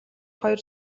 хоёр